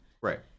Right